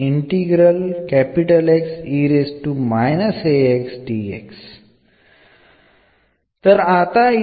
ഇവിടെ നമുക്ക് എന്ന ഒരു റിസൾട്ട് ഉണ്ട്